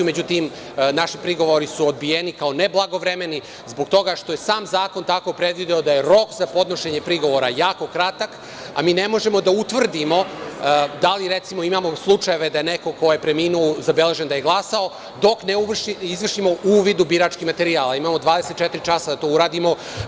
Međutim, naši prigovori su odbijeni kao neblagovremeni, zbog toga što je sam zakon tako predvideo da je rok za podnošenje prigovora jako kratak, a mi ne možemo da utvrdimo da li, recimo, imamo slučajeve da je neko ko je preminuo, zabeležen da je glasao, dok ne izvršimo uvid u birački materijal, a imamo 24 časa da to uradimo.